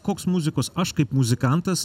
koks muzikos aš kaip muzikantas